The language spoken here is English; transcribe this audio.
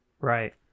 right